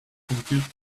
compute